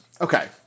okay